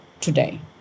today